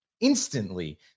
instantly